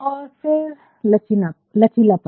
और फिर लचीलापन